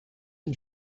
and